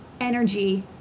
energy